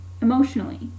emotionally